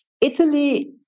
Italy